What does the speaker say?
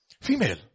Female